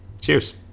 cheers